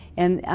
and,